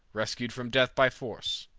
rescued from death by force,